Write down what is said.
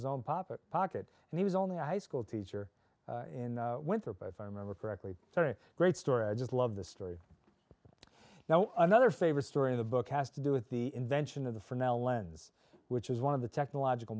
his own pocket pocket and he was only a high school teacher in winter but if i remember correctly great story i just love the story now another favorite story in the book has to do with the invention of the final lens which is one of the technological